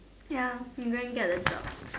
ya you won't get the job